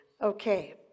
Okay